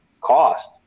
cost